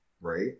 right